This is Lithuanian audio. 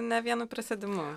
ne vienu prisėdimu